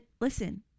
listen